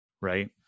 Right